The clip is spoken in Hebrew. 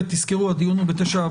ותזכרו, הדיון הוא ב-09:00.